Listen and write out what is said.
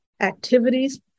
activities